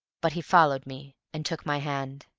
but he followed me and took my hand.